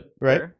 Right